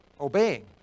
obeying